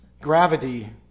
gravity